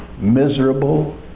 miserable